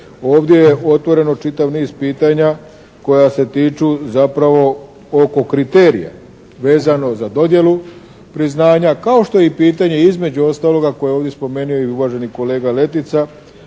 Ovdje je otvoreno čitav niz pitanja koja se tiču zapravo oko kriterija vezano za dodjelu priznanja kao što je i pitanje između ostaloga koje je ovdje spomenuo i uvaženi kolega Letica